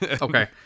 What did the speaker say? Okay